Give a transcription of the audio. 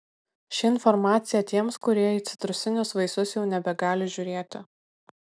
ši informacija tiems kurie į citrusinius vaisius jau nebegali žiūrėti